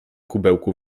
kubełku